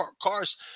cars